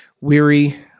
weary